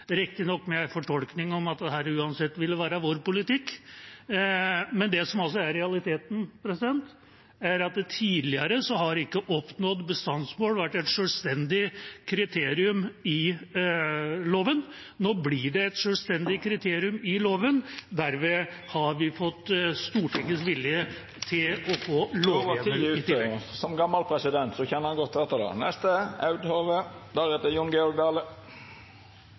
riktignok med en fortolkning om at dette uansett ville være vår politikk, mens det som altså er realiteten, er at tidligere har ikke oppnådd bestandsmål vært et selvstendig kriterium i loven. Nå blir det et selvstendig kriterium i loven , og derved har vi fått Stortingets vilje til å få lovhjemmel ... Som tidlegare president kjenner representanten godt